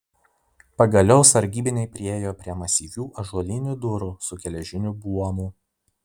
pagaliau sargybiniai priėjo prie masyvių ąžuolinių durų su geležiniu buomu